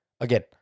Again